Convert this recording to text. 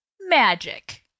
magic